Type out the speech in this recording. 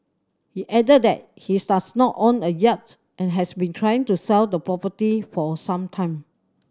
he added that he's does not own a yacht and has been trying to sell the property for some time